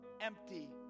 empty